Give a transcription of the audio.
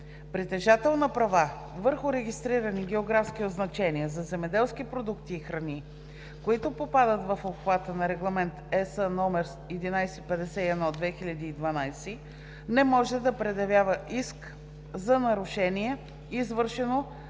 Притежател на права върху регистрирани географски означения за земеделски продукти и храни, които попадат в обхвата на Регламент (ЕС) № 1151/2012, не може да предявява иск за нарушение, извършено